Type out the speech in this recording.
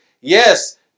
Yes